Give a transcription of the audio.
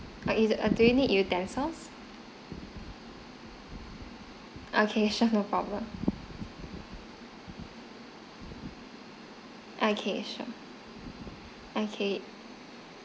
orh it's err do you need utensils okay sure no problem okay sure okay